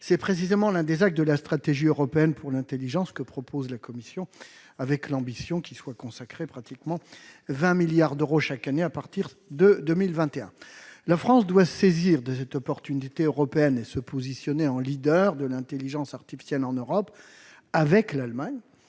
C'est précisément l'un des axes de la stratégie européenne pour l'intelligence artificielle que propose la Commission européenne, avec l'ambition qu'y soient consacrés pas loin de 20 milliards d'euros chaque année à partir de 2021. La France doit saisir cette initiative européenne et se positionner en leader de l'intelligence artificielle en Europe avec l'Allemagne.